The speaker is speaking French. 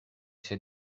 c’est